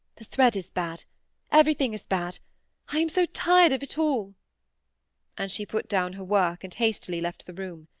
the thread is bad everything is bad i am so tired of it all and she put down her work, and hastily left the room.